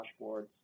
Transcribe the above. dashboards